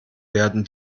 werden